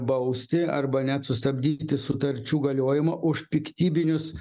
bausti arba net sustabdyti sutarčių galiojimą už piktybinius